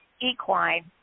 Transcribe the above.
equine